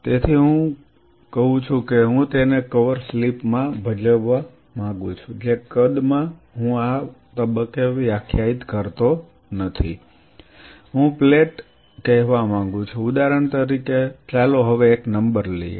તેથી હું તેને કવર સ્લિપ માં ભજવવા માંગુ છું જે કદમાં હું આ તબક્કે વ્યાખ્યાયિત કરતો નથી હું કહું છું કે હું પ્લેટ કહેવા માંગુ છું ઉદાહરણ તરીકે ચાલો હવે એક નંબર લઈએ